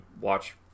watch